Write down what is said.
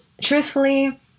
truthfully